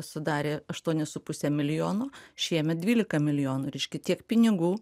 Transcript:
sudarė aštuonis su puse milijono šiemet dvylika milijonų reiškia tiek pinigų